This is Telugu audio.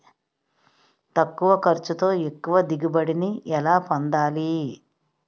తక్కువ ఖర్చుతో ఎక్కువ దిగుబడి ని ఎలా పొందాలీ?